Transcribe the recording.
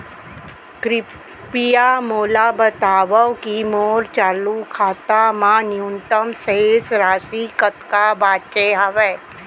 कृपया मोला बतावव की मोर चालू खाता मा न्यूनतम शेष राशि कतका बाचे हवे